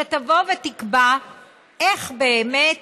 שתבוא ותקבע איך באמת